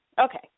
Okay